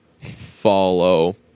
follow